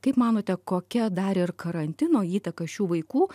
kaip manote kokia dar ir karantino įtaka šių vaikų